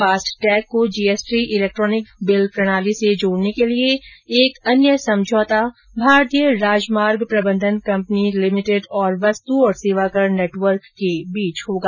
fast tag को GST electronic bill प्रणाली से जोड़ने के लिए एक अन्य समझौता भारतीय राजमार्ग प्रबंधन कंपनी लिमिटेड तथा वस्तु और सेवा कर नेटवर्क के बीच होगा